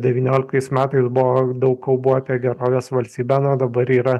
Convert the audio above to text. devynioliktais metais buvo daug kalbų apie gerovės valstybę na o dabar yra